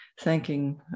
thanking